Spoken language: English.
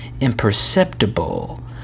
imperceptible